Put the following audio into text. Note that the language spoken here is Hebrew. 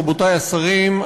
רבותי השרים,